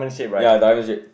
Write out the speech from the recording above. ya diamond shape